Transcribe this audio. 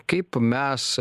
kaip mes